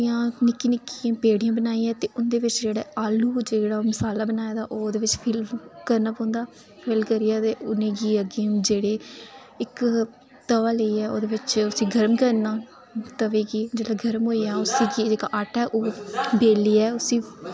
ओह्दियां निक्की निक्कियां बेड़ियां बनाइयै ते उ'न्दे बिच आलू जेह्ड़ा मसाला बनाए दा ओह् फिल करना पौंदा फिल करियै उ'नेंगी अग्गै जेहड़े इक तवा लेइयै ओह्दे बिच उसी गर्म करना तवे गी जिल्लै गर्म होई गेआ उसी जेह्का आटा ओह् बेलियै उसी